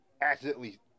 accidentally